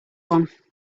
one